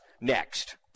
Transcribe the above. next